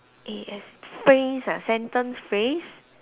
A S phrase ah sentence phase